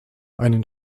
einen